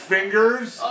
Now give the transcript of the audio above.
Fingers